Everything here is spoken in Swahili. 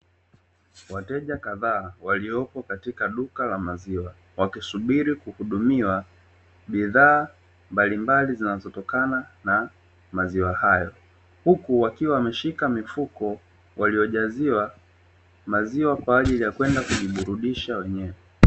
Wateja kadhaa waliopo katika duka la maziwa wakisubiri kuhudumiwa bidhaa mbalimbali zinazotokana na maziwa hayo, huku wakiwa wameshika mifuko waliojaziwa maziwa kwa ajili ya kujiburudisha wenyewe.